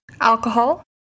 alcohol